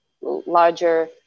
larger